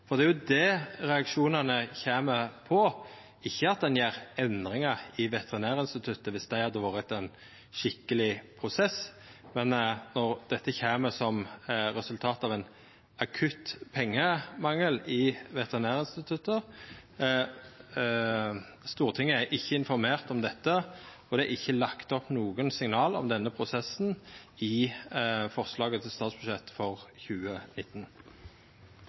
Stortinget. Det er jo det reaksjonane går på, ikkje at ein gjer endringar i Veterinærinstituttet, dersom det hadde vore ein skikkeleg prosess. Men dette kjem som resultat av ein akutt pengemangel i Veterinærinstituttet. Stortinget er ikkje informert om dette, og det er ikkje lagt inn nokre signal om denne prosessen i forslaget til statsbudsjett for 2019.